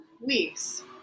weeks